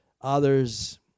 Others